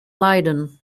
leiden